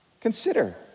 Consider